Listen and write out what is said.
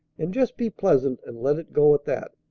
and just be pleasant, and let it go at that.